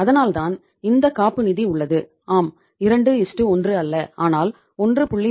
அதனால்தான் இந்த காப்பு நிதி உள்ளது ஆம் 21 அல்ல ஆனால் 1